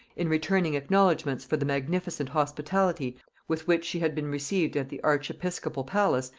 in returning acknowledgements for the magnificent hospitality with which she had been received at the archiepiscopal palace,